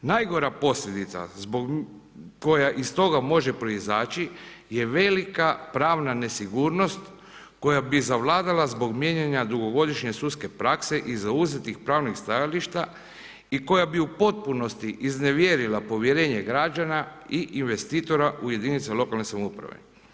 Najgora posljedica koja iz toga može proizaći je velika pravna nesigurnost koja bi zavladala zbog mijenjanja dugogodišnje sudske prakse i zauzetih pravnih stajališta i koja bi u potpunosti iznevjerila povjerenje građana i investitora u jedinice lokalne samouprave.